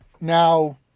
now